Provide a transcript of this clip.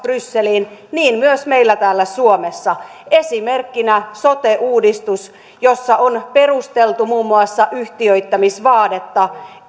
brysseliin niin myös meillä täällä suomessa esimerkkinä sote uudistus jossa on perusteltu muun muassa yhtiöittämisvaadetta